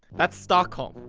that's stockholm.